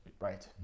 Right